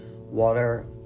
Water